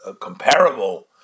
comparable